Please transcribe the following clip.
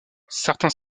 certains